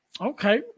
Okay